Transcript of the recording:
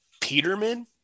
Peterman